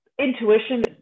intuition